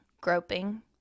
groping